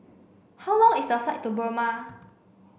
how long is the flight to Burma